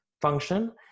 function